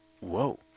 whoa